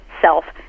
self